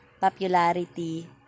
popularity